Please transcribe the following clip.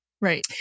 Right